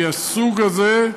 מהסוג הזה,